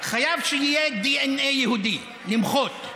חייב שיהיה דנ"א יהודי, למחות.